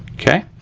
okay.